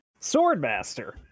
Swordmaster